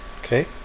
Okay